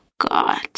God